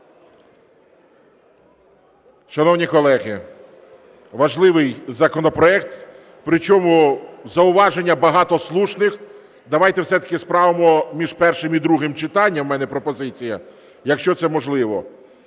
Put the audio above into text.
Шановні колеги, важливий законопроект, причому зауважень багато слушних. Давайте все-таки справимо між першим і другим читанням, у мене пропозиція, якщо це можливо,